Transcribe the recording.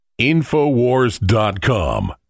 InfoWars.com